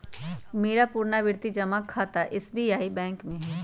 मेरा पुरनावृति जमा खता एस.बी.आई बैंक में हइ